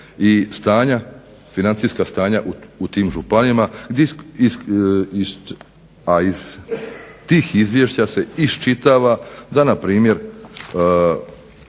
i stanja, financijska stanja u tim županijama a iz tih izvješća se iščitava da na primjer